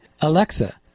Alexa